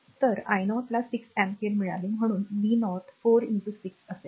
तर i 0 ला 6 ampere मिळाले आहे म्हणून v0 4 6 असेल